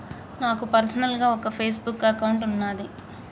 నాకు పర్సనల్ గా ఒక ఫేస్ బుక్ అకౌంట్ వున్నాది